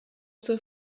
zur